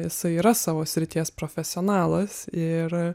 jisai yra savo srities profesionalas ir